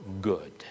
good